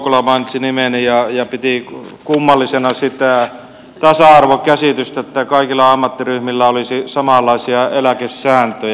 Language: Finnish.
soukola mainitsi nimeni ja piti kummallisena sitä tasa arvokäsitystä että kaikilla ammattiryhmillä olisi samanlaisia eläkesääntöjä